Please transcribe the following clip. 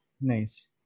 Nice